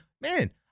man